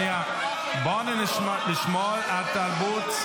שתוק ותן לי לדבר.